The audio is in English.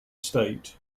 state